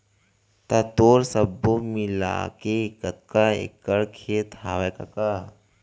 त तोर सब्बो मिलाके कतका एकड़ खेत हवय कका?